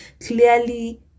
clearly